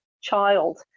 child